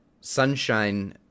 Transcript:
sunshine